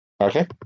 Okay